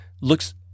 looks